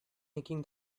making